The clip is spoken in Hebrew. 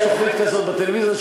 יש תוכנית כזאת בטלוויזיה,